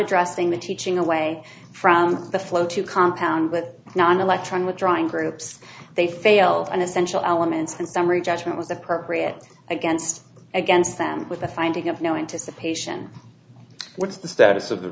addressing the teaching away from the flow to compound with not an electron withdrawing groups they failed an essential elements in summary judgment was appropriate against against them with the finding of knowing to suppression what's the status of the